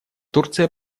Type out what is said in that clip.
турция